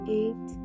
eight